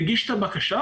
מגיש את הבקשה,